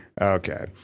Okay